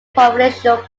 provincial